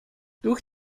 durch